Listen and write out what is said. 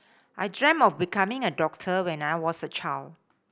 I dreamt of becoming a doctor when I was a child